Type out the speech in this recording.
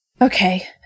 Okay